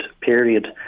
period